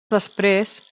després